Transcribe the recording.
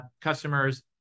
customers